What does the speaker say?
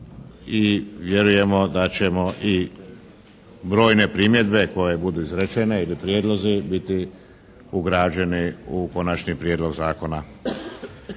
I vjerujemo da ćemo i brojne primjedbe koje budu izrečene ili prijedlozi biti ugrađeni u Konačni prijedlog zakona.